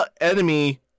enemy